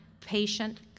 patient